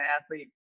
athlete